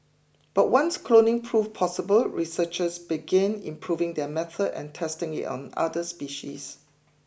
but once cloning proved possible researchers began improving their method and testing it on other species